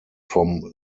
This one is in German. vom